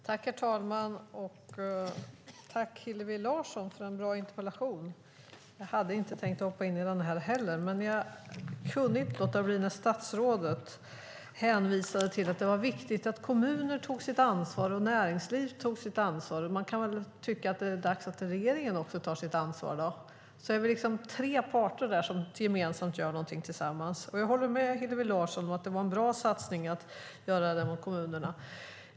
Herr talman! Tack, Hillevi Larsson, för en bra interpellation! Jag hade inte tänkt hoppa in i den här debatten heller, men jag kunde inte låta bli när statsrådet hänvisade till att det är viktigt att kommun och näringsliv tar sitt ansvar. Man kan tycka att det är dags att också regeringen tar sitt ansvar. Då är det tre parter som gör något tillsammans. Jag håller med Hillevi Larsson om att det är bra att satsa på kommunerna.